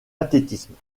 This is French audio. athlétisme